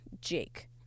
Jake